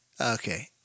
Okay